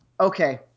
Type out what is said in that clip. okay